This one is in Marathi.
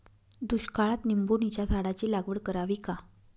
दुष्काळात निंबोणीच्या झाडाची लागवड करावी का?